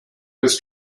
was